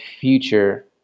future